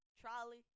Trolley